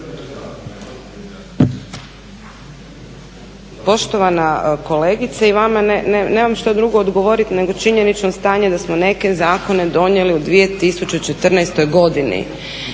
Poštovana kolegice vama nemam što drugo odgovoriti nego činjenično stanje da smo neke zakone donijeli u 2014. godini,